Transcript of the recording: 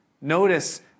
Notice